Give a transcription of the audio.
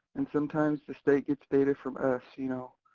and sometimes the state gets data from us, you know?